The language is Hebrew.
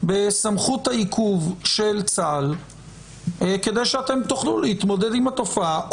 בסמכות העיכוב של צה"ל כדי שאתם תוכלו להתמודד עם התופעה,